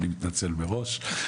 אני מתנצל מראש,